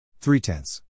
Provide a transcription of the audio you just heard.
Three-tenths